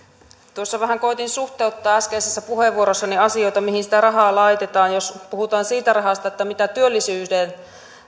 tuossa vähän koetin suhteuttaa äskeisessä puheenvuorossani asioita mihin sitä rahaa laitetaan jos puhutaan siitä rahasta mitä työllisyyteen